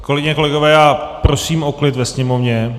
Kolegyně, kolegové, prosím o klid ve sněmovně.